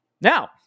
Now